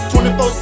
24